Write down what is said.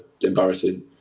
embarrassing